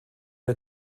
der